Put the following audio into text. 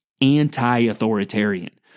anti-authoritarian